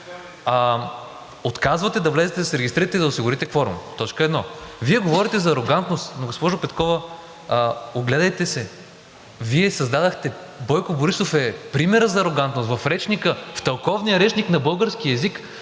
отказвате да влезете да се регистрирате и да осигурите кворум – точка 1. Вие говорите за арогантност, но, госпожо Петкова, огледайте се – Бойко Борисов е примерът за арогантност. В Тълковния речник на българския език